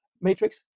Matrix